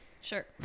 sure